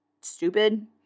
stupid